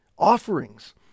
Offerings